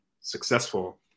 successful